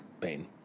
pain